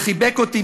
וחיבק אותי,